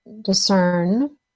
discern